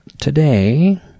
today